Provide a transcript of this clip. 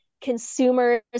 consumers